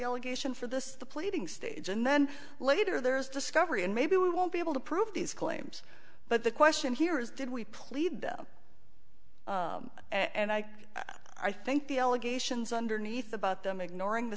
allegation for this the pleading stage and then later there is discovery and maybe we won't be able to prove these claims but the question here is did we plead and i i think the allegations underneath about them ignoring the